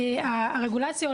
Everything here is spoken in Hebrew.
הרגולציה,